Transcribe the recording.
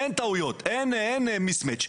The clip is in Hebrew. אין טעויות ואין mismatch.